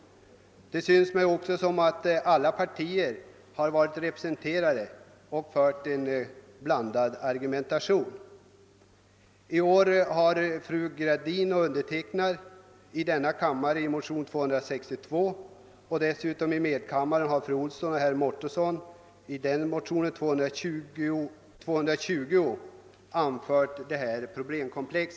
Det förefaller också som om representanter för alla partier har varit engagerade och då fört en ganska blandad argumentering. I år har fru Gradin och jag väckt motionen II: 262 och fru Lilly Ohlsson och herr Mårtensson motionen 1: 220, i vilka motioner vi har tagit upp detta problemkomplex.